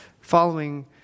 following